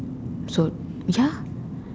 so ya